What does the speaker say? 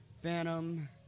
Phantom